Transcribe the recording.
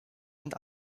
und